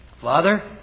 Father